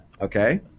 okay